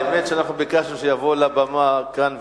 האמת היא שאנחנו ביקשנו שיבוא לבמה כאן,